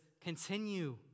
continue